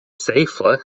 safely